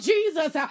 Jesus